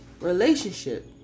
relationship